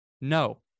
No